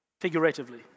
figuratively